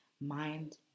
mind